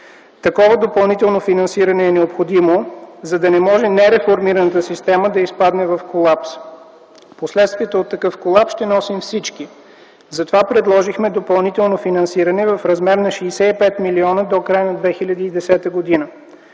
Такова допълнително финансиране е необходимо, за да не може нереформираната система да изпадне в колапс. Последствията от такъв колапс ще носим всички. Затова предложихме допълнително финансиране в размер на 65 милиона до края на 2010 г.